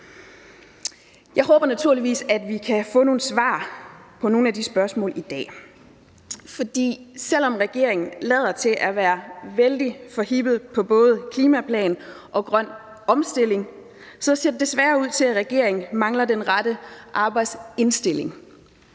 Jeg håber naturligvis, at vi kan få nogle svar på nogle af de spørgsmål i dag. For selv om regeringen lader til at være vældig forhippet på både klimaplan og grøn omstilling, ser det desværre ud til, at regeringen mangler den rette arbejdsindstilling.